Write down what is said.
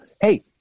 Hey